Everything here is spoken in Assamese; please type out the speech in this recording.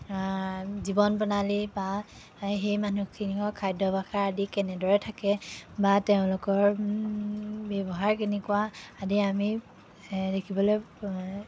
জীৱন প্ৰণালী বা সেই মানুহখিনিৰ খাদ্যভ্যাস আদি কেনেদৰে থাকে বা তেওঁলোকৰ ব্যৱহাৰ কেনেকুৱা আদি আমি এ দেখিবলৈ